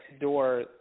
door